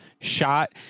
shot